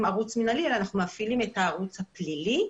ערוץ מינהלי אלא אנחנו מפעילים את הרוץ הפלילי,